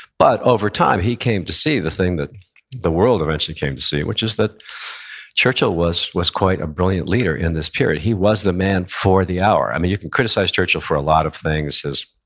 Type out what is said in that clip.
but over time he came to see the thing that the world eventually came to see, which is that churchill was was quite a brilliant leader in this period, he was the man for the hour. and you can criticize churchill for a lot of things. his